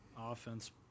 Offense